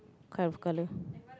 kind of colour